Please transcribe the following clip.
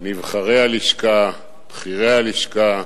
נבחרי הלשכה, בכירי הלשכה,